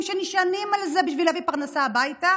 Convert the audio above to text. שנשענים על זה בשביל להביא פרנסה הביתה